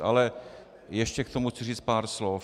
Ale ještě k tomu chci říct pár slov.